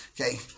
Okay